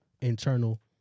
internal